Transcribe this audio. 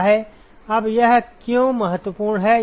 अब यह क्यों महत्वपूर्ण है